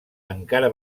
encara